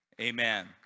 Amen